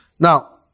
Now